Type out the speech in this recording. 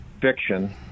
fiction